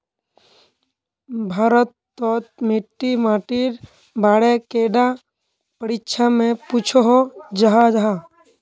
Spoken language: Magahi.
भारत तोत मिट्टी माटिर बारे कैडा परीक्षा में पुछोहो जाहा जाहा?